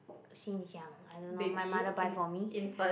since young I don't know my mother buy for me